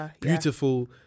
beautiful